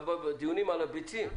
גם בדיונים על הביצים,